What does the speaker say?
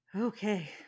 Okay